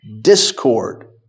discord